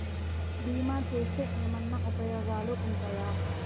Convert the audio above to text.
బీమా చేస్తే ఏమన్నా ఉపయోగాలు ఉంటయా?